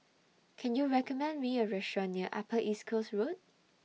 Can YOU recommend Me A Restaurant near Upper East Coast Road